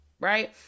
right